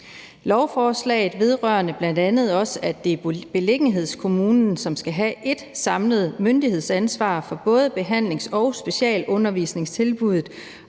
Lovforslaget vedrører bl.a. også, at det er beliggenhedskommunen, som skal have ét samlet myndighedsansvar for både behandlings- og specialundervisningstilbuddet,